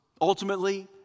ultimately